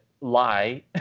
lie